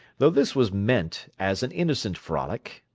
though this was meant as an innocent frolic,